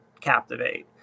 captivate